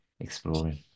Exploring